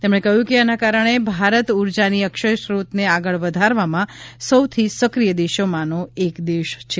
તેમણે કહ્યું આના કારણે ભારત ઉર્જાની અક્ષય સ્રોનીતને આગળ વધારવામાં સૌથી સક્રિય દેશોમાં એક છે